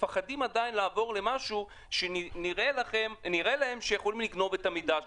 מפחדים עדיין לעבור למשהו שנראה להם שיכולים לגנוב את המידע שלהם,